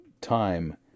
time